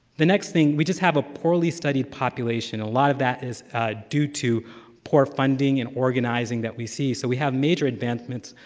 the next thing, we just have a poorly-studied population. a lot of that is due to poor funding and organizing that we see, so we have major advancements,